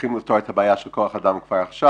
צריכים לפתור את הבעיה של כוח אדם כבר עכשיו